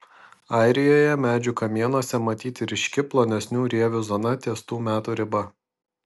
airijoje medžių kamienuose matyti ryški plonesnių rievių zona ties tų metų riba